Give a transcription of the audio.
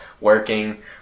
working